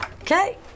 Okay